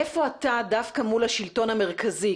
איפה אתה דווקא מול השלטון המרכזי?